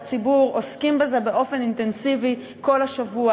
הציבור עוסקים בזה באופן אינטנסיבי כל השבוע,